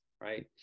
right